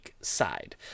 side